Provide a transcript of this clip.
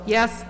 Yes